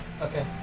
okay